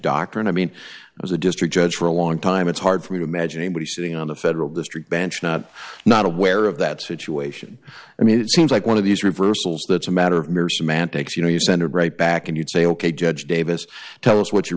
doctrine i mean it was a district judge for a long time it's hard for me to imagine anybody sitting on a federal district bench not not aware of that situation i mean it seems like one of these reversals that's a matter of mere semantics you know you send it right back and you'd say ok judge davis tell us what you